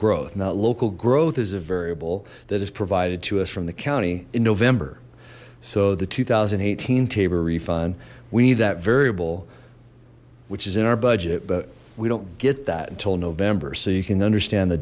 growth now local growth is a variable that is provided to us from the county in november so the two thousand and eighteen tabor refund we need that variable which is in our budget but we don't get that until november so you can understand the